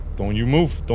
don't you move.